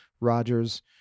Rogers